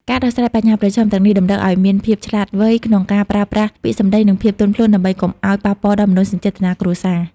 ការដោះស្រាយបញ្ហាប្រឈមទាំងនេះ តម្រូវឱ្យមានភាពឆ្លាតវៃក្នុងការប្រើប្រាស់ពាក្យសម្ដី និងភាពទន់ភ្លន់ដើម្បីកុំឱ្យប៉ះពាល់ដល់មនោសញ្ចេតនាគ្រួសារ។